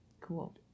Cool